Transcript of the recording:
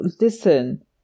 listen